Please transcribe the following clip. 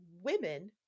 women